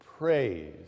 praise